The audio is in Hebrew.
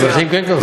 אזרחים כן קרסו.